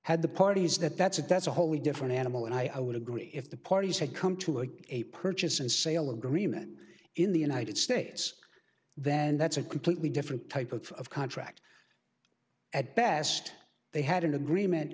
had the parties that that's a that's a wholly different animal and i would agree if the parties had come to it a purchase and sale agreement in the united states then that's a completely different type of contract at best they had an agreement